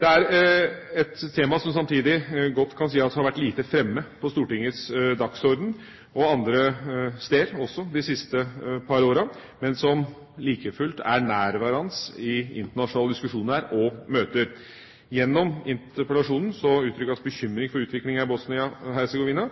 Det er et tema som samtidig godt kan sies å ha vært lite framme på Stortingets dagsorden, og andre steder også, de siste par årene, men som like fullt er nærværende i internasjonale diskusjoner og møter. Gjennom interpellasjonen uttrykkes bekymring for utviklingen i Bosnia-Hercegovina.